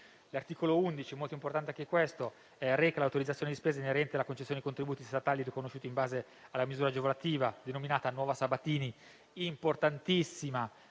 L'articolo 11, molto importante anche questo, reca l'autorizzazione di spesa inerente alla concessione di contributi statali riconosciuti in base alla misura agevolativa denominata Nuova Sabatini, importantissima